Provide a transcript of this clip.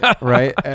right